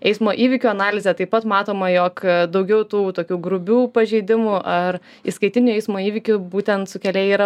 eismo įvykių analizę taip pat matoma jog daugiau tų tokių grubių pažeidimų ar įskaitinių eismo įvykių būtent sukėlėjai yra